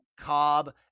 Cobb